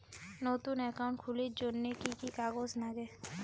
নতুন একাউন্ট খুলির জন্যে কি কি কাগজ নাগে?